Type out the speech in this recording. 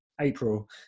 April